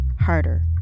Harder